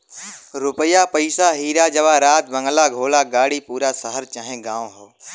रुपिया पइसा हीरा जवाहरात बंगला घोड़ा गाड़ी पूरा शहर चाहे गांव हौ